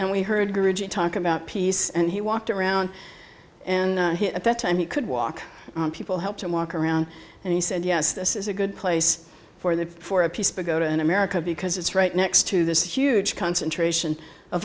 and we heard talk about peace and he walked around and at that time he could walk people helped him walk around and he said yes this is a good place for that for a peaceful go to in america because it's right next to this huge concentration of